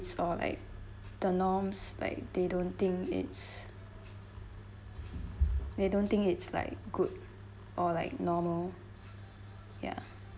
it's all like the norms like they don't think it's they don't think it's like good or like normal ya